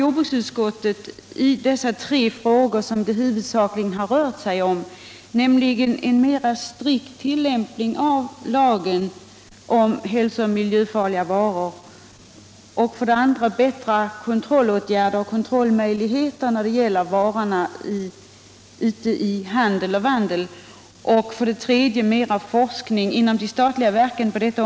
Jordbruksutskottet har huvudsakligen tagit upp tre frågor, nämligen — Nr 33 för det första en mera strikt tillämpning av lagen om hälsooch miljöfarliga varor, för det andra bättre kontrollåtgärder och kontrollmöjligheter när det gäller varorna ute i handeln och i andra sammanhang och för det tredje mera forskning inom de statliga verken på området.